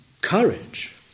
courage